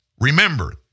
Remember